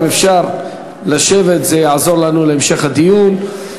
אם אפשר לשבת זה יעזור לנו להמשך הדיון.